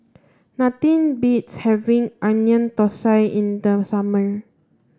nothing beats having Onion Thosai in the summer